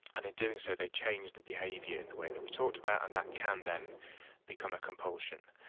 and in doing so they change their behaviour in the way that we talked about and that can then become a compulsion.